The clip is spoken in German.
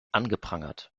angeprangert